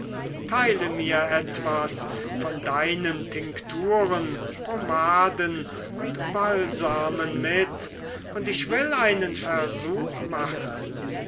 teile mir etwas von deinen tinkturen pomaden und balsamen mit und ich will einen versuch machen